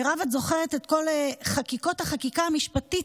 מירב, את זוכרת את כל חקיקות החקיקה המשפטית?